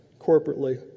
corporately